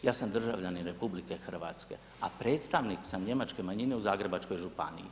Ja sam državljanin Republike Hrvatske, a predstavnik sam njemačke manjine u Zagrebačkoj županiji.